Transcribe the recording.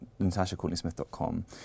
natashacourtneysmith.com